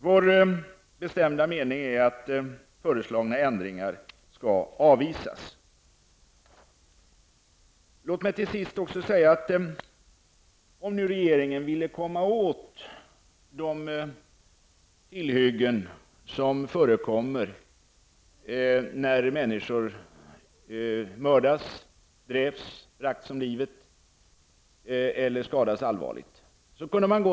Vår bestämda mening är att föreslagna ändringar skall avvisas.'' Till sist: Om nu regeringen vill komma åt de tillhyggen som visar sig ha förekommit när människor mördats, dräpts, bragts om livet eller allvarligt skadats, måste statistik i det sammanhanget studeras.